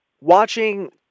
watching